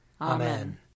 Amen